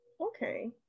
okay